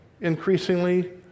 increasingly